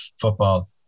football